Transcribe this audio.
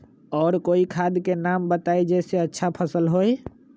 और कोइ खाद के नाम बताई जेसे अच्छा फसल होई?